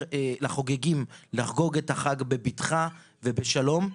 לחוגגים לחגוג את החג בביטחה ובשלום,